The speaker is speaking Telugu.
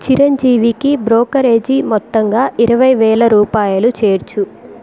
చిరంజీవికి బ్రోకరేజీ మొత్తంగా ఇరవై వేల రూపాయలు చేర్చు